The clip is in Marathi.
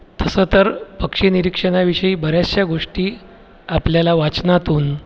तसं तर पक्षी निरीक्षणाविषयी बऱ्याचशा गोष्टी आपल्याला वाचनातून